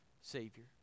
savior